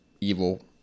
evil